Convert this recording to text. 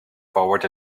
forward